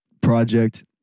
project